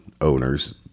owners